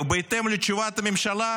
ובהתאם לתשובת הממשלה,